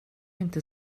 inte